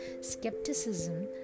skepticism